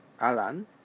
Alan